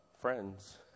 friends